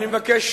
אני מבקש